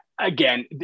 again